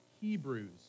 Hebrews